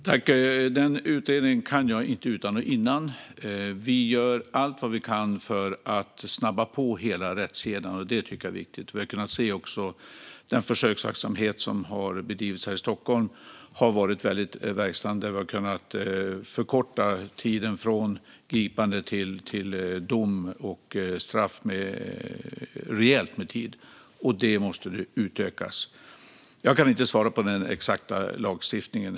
Fru talman! Den utredningen kan jag inte utan och innan. Vi gör allt vad vi kan för att snabba på hela rättskedjan. Det tycker jag är viktigt. Vi har kunnat se att den försöksverksamhet som har bedrivits här i Stockholm har varit verksam. Vi har kunnat förkorta tiden från gripande till dom och straff med rejält med tid. Det måste utökas. Jag kan inte svara på frågan om den exakta lagstiftningen.